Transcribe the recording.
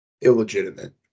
illegitimate